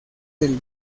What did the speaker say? del